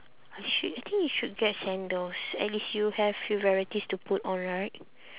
you should I think you should get sandals at least you have few varieties to put on right